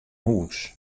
hûs